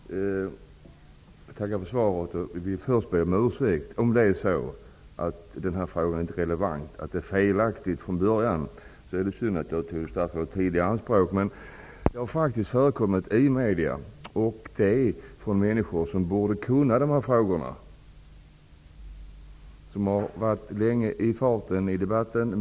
Herr talman! Jag tackar för svaret. Jag vill först be om ursäkt om den här frågan inte är relevant. Om detta från början är felaktigt är det synd att jag har tagit statsrådets tid i anspråk. Men dessa uppgifter har faktiskt förekommit i medierna. Det är människor som borde kunna dessa frågor som har uttalat sig. De har länge varit i farten i debatten.